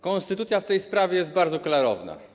Konstytucja w tej sprawie jest bardzo klarowna.